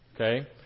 okay